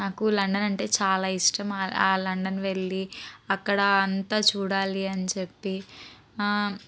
నాకు లండన్ అంటే చాలా ఇష్టం ఆ లండన్ వెళ్ళి అక్కడ అంత చూడాలి అని చెప్పి